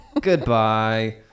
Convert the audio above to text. goodbye